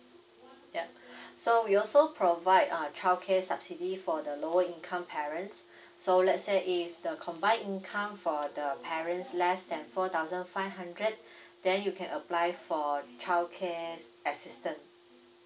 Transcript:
yeah so we also provide uh childcare subsidy for the lower income parents so let's say if the combine income for the parents less than four thousand five hundred then you can apply for childcare assistance